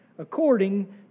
according